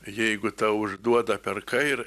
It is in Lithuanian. jeigu tau užduoda per kairį